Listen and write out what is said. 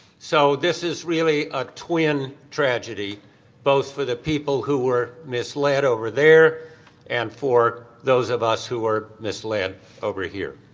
so this is really a twin tragedy both for the people who were misled over there and for those of us who were misled over here.